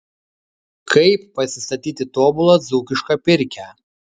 kaip pasistatyti tobulą dzūkišką pirkią